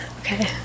Okay